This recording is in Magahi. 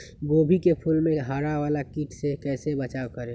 गोभी के फूल मे हरा वाला कीट से कैसे बचाब करें?